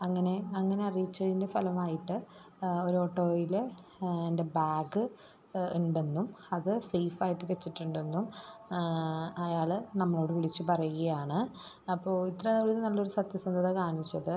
അങ്ങനെ അങ്ങനെ അറിയിച്ചതിൻ്റെ ഫലമായിട്ട് ഒരു ഓട്ടോയിൽ എൻ്റെ ബാഗ് ഉണ്ടെന്നും അത് സേഫായിട്ട് വെച്ചിട്ടുണ്ടെന്നും അയാൾ നമ്മളോടു വിളിച്ചു പറയുകയാണ് അപ്പോൾ ഇത്രയും ഒരു നല്ലൊരു സത്യസന്ധത കാണിച്ചത്